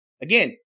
Again